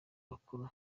bakuru